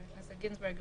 חבר הכנסת גינזבורג,